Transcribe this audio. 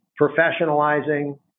professionalizing